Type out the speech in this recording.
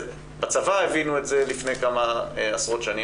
בצבא הבינו את זה לפני כמה עשרות שנים,